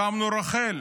הקמנו את רח"ל,